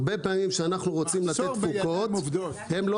הרבה פעמים כשאנחנו רוצים לתת תפוקות הם לא